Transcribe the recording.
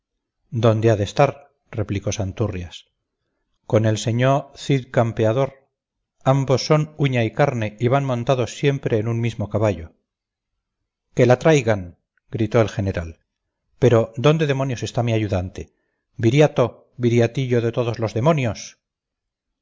dónde ha de estar replicó santurrias con el señócid campeador ambos son uña y carne y van montados siempre en un mismo caballo que la traigan gritó el general pero dónde demonios está mi ayudante viriato viriatillo de todos los demonios